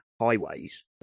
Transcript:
highways